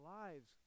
lives